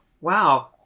Wow